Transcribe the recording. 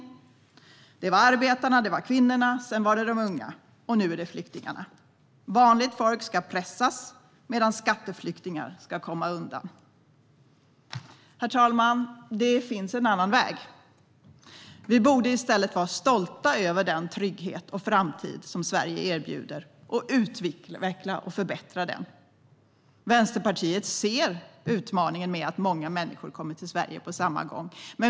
Först var det arbetarna, sedan kvinnorna, sedan de unga och nu flyktingarna. Vanligt folk ska pressas medan skatteflyktingar ska komma undan. Herr talman! Det finns en annan väg. Vi borde i stället vara stolta över den trygghet och framtid Sverige erbjuder och utveckla och förbättra den. Vänsterpartiet ser utmaningen med att många människor kommer till Sverige på samma gång.